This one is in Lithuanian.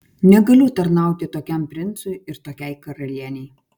negaliu tarnauti tokiam princui ir tokiai karalienei